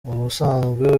ubusanzwe